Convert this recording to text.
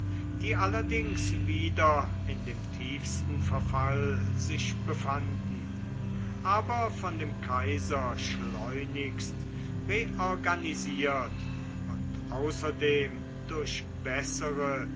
die allerdings wieder in dem tiefsten verfall sich befanden aber von dem kaiser schleunigst reorganisiert und außerdem durch bessere